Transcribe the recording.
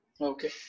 Okay